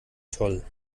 toll